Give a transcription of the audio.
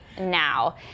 now